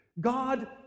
God